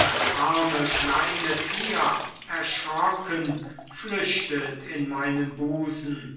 das arme kleine tier erschrocken flüchtet in meinen busen